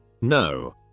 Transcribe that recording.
No